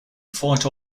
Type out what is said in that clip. fight